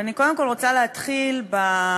ואני קודם כול רוצה להתחיל בבסיס,